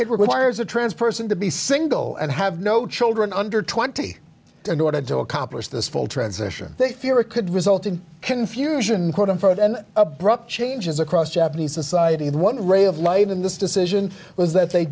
it requires a trans person to be single and have no children under twenty in order to accomplish this full transition they fear it could result in confusion quote unquote and abrupt changes across japanese society and one ray of light in this decision was that they